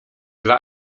dla